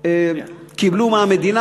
קיבלו מהמדינה,